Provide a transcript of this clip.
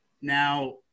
Now